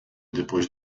depois